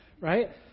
right